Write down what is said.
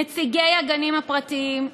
נציגי הגנים הפרטיים,